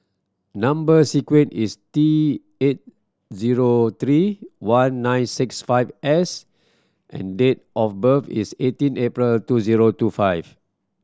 number sequence is T eight zero three one nine six five S and date of birth is eighteen April two zero two five